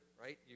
right